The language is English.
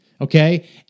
okay